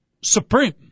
supreme